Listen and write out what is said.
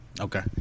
Okay